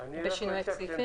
בשינויי הסעיפים.